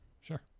sure